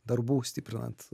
darbų stiprinant